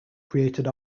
created